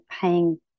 paying